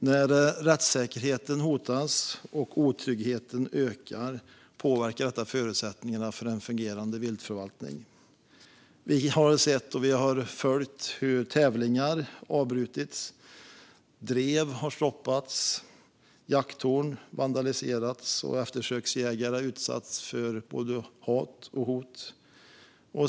När rättssäkerheten hotas och otryggheten ökar påverkar det förutsättningarna för en fungerande viltförvaltning. Vi har sett och följt hur tävlingar har avbrutits, drev har stoppats, jakttorn vandaliserats och eftersöksjägare utsatts för både hat och hot.